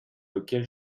lequel